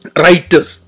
writers